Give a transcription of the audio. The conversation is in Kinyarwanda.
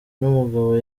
n’umugabo